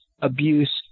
abuse